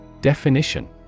Definition